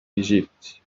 egypt